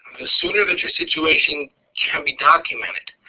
the sooner that your situation can be documented,